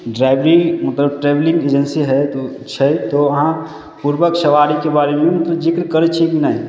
ड्राइवरी ऊपर travelling agency हइ तऽ छै तऽ अहाँ पूर्वक सवारीके बारेमे जिक्र करै छियै कि नहि